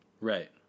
right